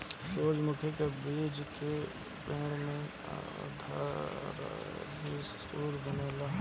सूरजमुखी के बीज से भी पेड़ आधारित दूध बनेला